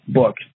book